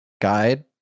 guide